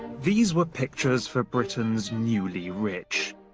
these were pictures for britain's newly rich.